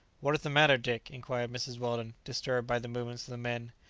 what is the matter, dick? inquired mrs. weldon, disturbed by the movements of the men.